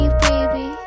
baby